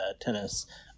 tennis